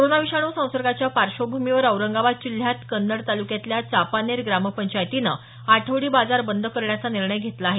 corona विषाणू संसर्गाच्या पार्श्वभूमीवर औरंगाबाद जिल्ह्यात कन्नड तालुक्यातील चापानेर ग्रामपंचायतीनं आठवडी बाजार बंद करण्याचा निर्णय घेतला आहे